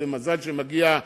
ומזל שמגיעה